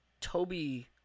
Toby